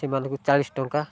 ସେମାନଙ୍କୁ ଚାଳିଶ ଟଙ୍କା